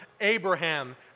Abraham